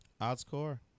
Oddscore